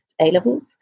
A-levels